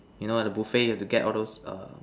you know at a buffet you have to get all those err